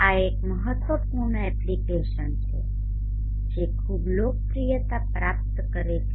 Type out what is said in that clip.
આ એક મહત્વપૂર્ણ એપ્લિકેશન છે જે ખૂબ લોકપ્રિયતા પ્રાપ્ત કરે છે